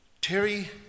Terry